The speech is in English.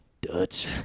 Dutch